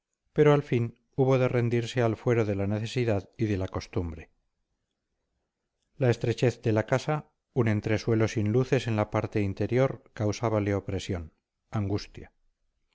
pero al fin hubo de rendirse al fuero de la necesidad y de la costumbre la estrechez de la casa un entresuelo sin luces en la parte interior causábale opresión angustia